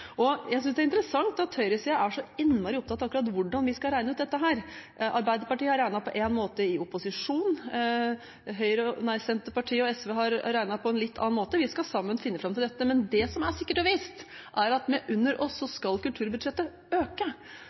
og prisvekst. Jeg synes det er interessant at høyresiden er så innmari opptatt av akkurat hvordan vi skal regne ut dette. Arbeiderpartiet har regnet på én måte i opposisjon. Senterpartiet og SV har regnet på en litt annen måte. Vi skal sammen finne fram til dette. Men det som er sikkert og visst, er at under oss skal kulturbudsjettet øke.